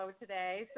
today